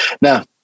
Now